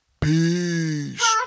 Peace